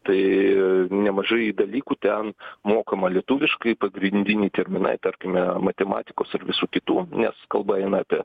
tai nemažai dalykų ten mokoma lietuviškai pagrindiniai terminai tarkime matematikos ir visų kitų nes kalba eina apie